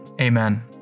amen